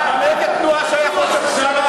לאיזו תנועה שייך ראש הממשלה?